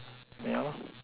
yeah